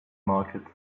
market